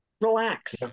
relax